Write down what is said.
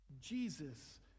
Jesus